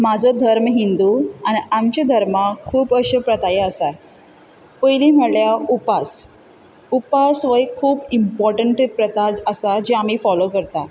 म्हजो धर्म हिंदू आनी आमचे धर्मांत खूब अश्यो प्रथायी आसा पयलीं म्हणल्यार उपास उपास हो एक खूब इंपोर्टंट एक प्रथा आसा जी आमी फोलो करता